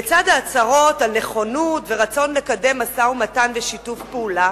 לצד ההצהרות על נכונות ורצון לקדם משא-ומתן ושיתוף פעולה